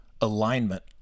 alignment